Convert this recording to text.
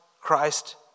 Christ